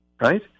right